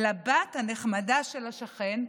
לבת הנחמדה של השכן,